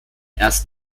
erst